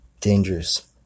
dangerous